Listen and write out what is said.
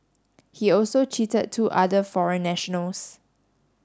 he also cheated two other foreign nationals